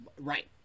Right